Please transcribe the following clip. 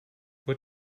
what